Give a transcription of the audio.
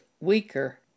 weaker